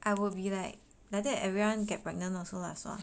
I will be like like that everyone get pregnant also lah sua